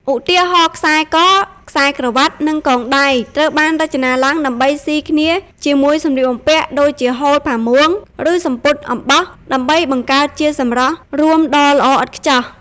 ឧទាហរណ៍ ខ្សែ ក ខ្សែក្រវាត់ និងកងដៃ ត្រូវបានរចនាឡើងដើម្បីស៊ីគ្នាជាមួយសម្លៀកបំពាក់ដូចជា ហូល ផាមួង ឬសំពត់អំបោះ ដើម្បីបង្កើតជាសម្រស់រួមដ៏ល្អឥតខ្ចោះ។